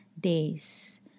days